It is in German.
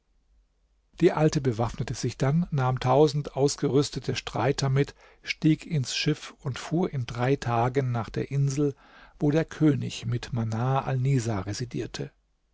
die alte bewaffnete sich dann nahm tausend ausgerüstete streiter mit stieg ins schiff und fuhr in drei tagen nach der insel wo der könig mit manar alnisa residierte